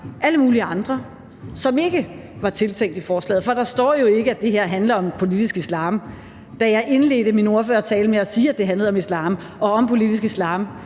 alle mulige andre, som ikke var tiltænkt i forslaget. For der står jo ikke, at det her handler om politisk islam. Da jeg indledte min ordførertale med at sige, at det handlede om islam og om politisk islam,